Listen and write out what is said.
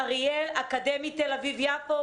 אקדמית תל אביב יפו,